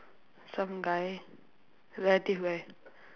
some guy relative guy